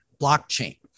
blockchain